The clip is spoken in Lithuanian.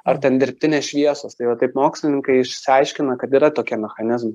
ar ten dirbtinės šviesos tai va taip mokslininkai išsiaiškina kad yra tokie mechanizmai